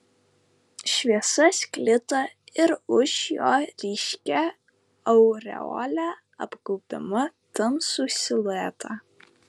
šviesa sklido ir už jo ryškia aureole apgaubdama tamsų siluetą